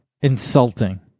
Insulting